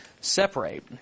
separate